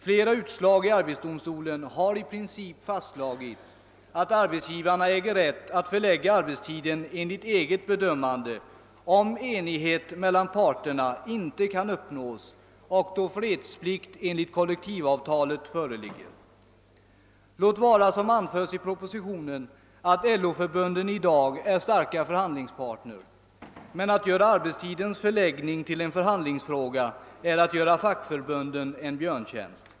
Flera utslag i arbetsdomstolen har i princip fastslagit att arbetsgivaren äger rätt att förlägga arbetstiden efter eget bedömande, om enighet mellan parterna inte kan uppnås och fredsplikt föreligger enligt kollektivavtalet. Låt vara, som det är skrivet i propositionen, att LO förbunden i dag är starka förhandlingsparter, men att göra arbetstidens förläggning till en förhandlingsfråga är att göra fackförbunden en björntjänst.